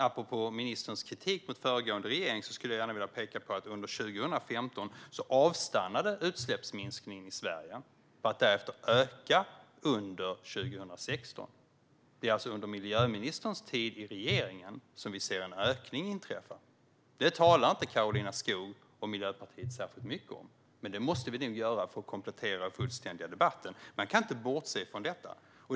Apropå ministerns kritik mot föregående regering skulle jag gärna vilja peka på att under 2015 avstannade utsläppsminskningen i Sverige för att därefter öka under 2016. Det är alltså under miljöministerns tid i regeringen som vi ser en ökning inträffa. Det talar inte Karolina Skog och Miljöpartiet särskilt mycket om, men det måste vi nog göra för att komplettera och fullständiga debatten. Man kan inte bortse från detta.